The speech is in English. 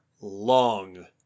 long